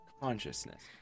Consciousness